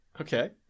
Okay